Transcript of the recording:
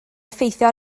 effeithio